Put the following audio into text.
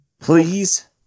Please